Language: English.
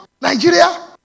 Nigeria